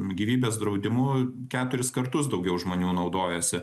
gyvybės draudimu keturis kartus daugiau žmonių naudojasi